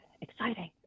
exciting